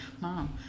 Mom